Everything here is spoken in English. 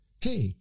Hey